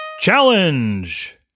Challenge